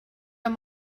amb